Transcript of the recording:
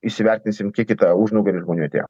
įsivertinsim kiek į tą užnugarį žmonių atėjo